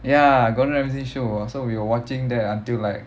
ya gordon ramsay's show ah so we were watching that until like